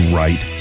right